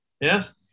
Yes